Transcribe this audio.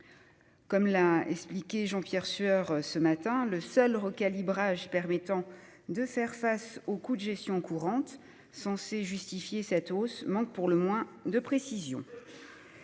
Comme l'a expliqué Jean-Pierre Sueur, le « recalibrage [...] permettant de faire face aux coûts de gestion courante », censé à lui seul justifier cette hausse, manque pour le moins de précision.